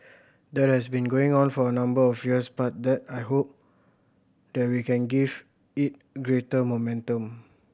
that has been going on for a number of years but that I hope that we can give it greater momentum